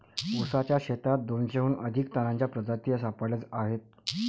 ऊसाच्या शेतात दोनशेहून अधिक तणांच्या प्रजाती सापडल्या आहेत